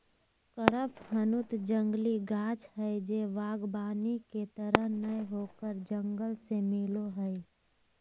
कडपहनुत जंगली गाछ हइ जे वागबानी के तरह नय होकर जंगल से मिलो हइ